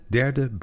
derde